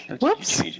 Whoops